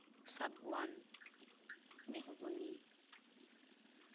ᱥᱟᱹᱜᱩᱣᱟᱱ ᱢᱤᱦᱩᱵᱚᱱᱤ